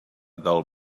del